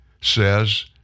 says